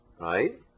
right